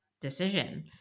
decision